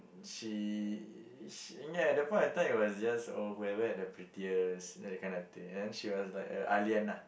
she sh~ ya that point of time it was just oh whoever had the prettiest know that kind of thing then she was like a Ah-Lian ah